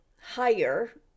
higher